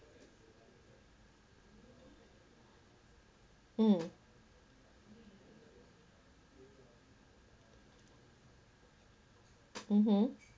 mm mmhmm